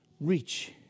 reach